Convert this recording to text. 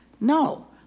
No